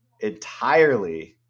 entirely